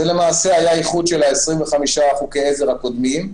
זה למעשה היה איחוד של 25 חוקי העזר הקודמים.